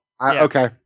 Okay